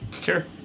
Sure